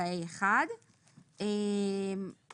8.ביטול סעיף 7ה1 סעיף 7ה1 לחוק העיקרי בטל.